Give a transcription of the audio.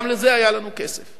גם לזה היה לנו כסף.